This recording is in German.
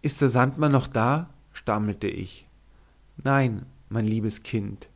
ist der sandmann noch da stammelte ich nein mein liebes kind